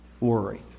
worry